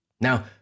Now